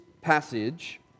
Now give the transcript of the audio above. passage